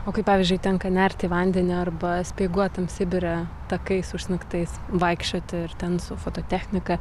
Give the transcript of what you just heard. o kai pavyzdžiui tenka nerti į vandenį arba speiguotam sibire takais užsnigtais vaikščioti ir ten su fototechnika